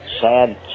sad